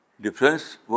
difference